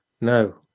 no